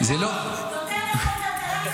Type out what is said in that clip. יותר נכון כלכלת חילול השם.